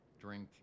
drink